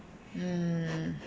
mm